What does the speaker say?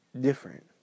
different